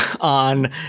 on